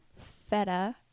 feta